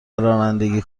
رانندگی